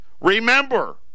Remember